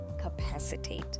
capacitate